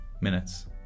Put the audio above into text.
minutes